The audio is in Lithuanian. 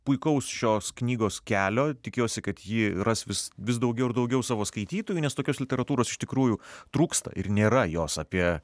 puikaus šios knygos kelio tikiuosi kad ji ras vis vis daugiau ir daugiau savo skaitytojų nes tokios literatūros iš tikrųjų trūksta ir nėra jos apie